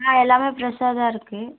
ஆ எல்லாமே ஃப்ரெஷ்ஷாக தான் இருக்குது